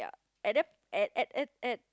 at that at at at at